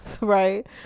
right